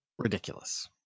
ridiculous